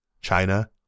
China